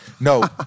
no